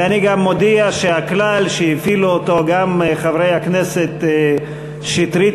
ואני גם מודיע שהכלל שהפעילו גם חברי הכנסת שטרית